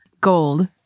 gold